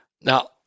Now